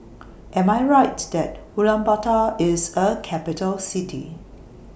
Am I Right that Ulaanbaatar IS A Capital City